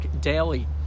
daily